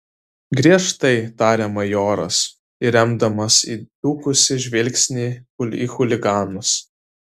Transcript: griežtai tarė majoras įremdamas įdūkusį žvilgsnį į chuliganus